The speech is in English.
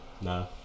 No